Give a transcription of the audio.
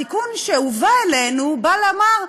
התיקון שהובא אלינו בא לומר: